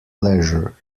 pleasure